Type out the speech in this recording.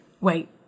wait